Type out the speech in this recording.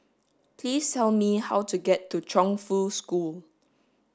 please tell me how to get to Chongfu School